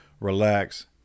relax